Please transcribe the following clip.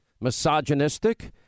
misogynistic